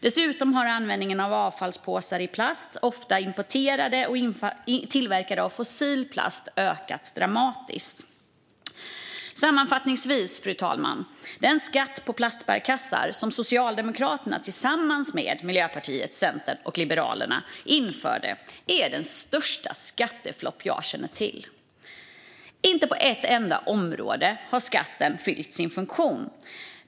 Dessutom har användningen av avfallspåsar i plast, ofta importerade och tillverkade av fossil plast, ökat dramatiskt. Fru talman! Jag vill sammanfattningsvis säga att den skatt på plastbärkassar som Socialdemokraterna tillsammans med Miljöpartiet, Centern och Liberalerna införde är den största skatteflopp jag känner till. Inte på ett enda område har skatten fyllt sin funktion.